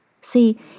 See